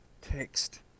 text